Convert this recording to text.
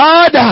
God